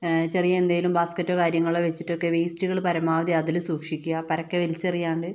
ചെറിയ എന്തേലും ബാസ്കെറ്റൊ കാര്യങ്ങളോ വെച്ചിട്ടൊക്കെ വേസ്റ്റ്കള് പരമാവധി അതില് സൂക്ഷിക്കുക പരക്കെ വലിച്ചെറിയാണ്ട് ചെറിയാണ്ട്